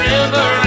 River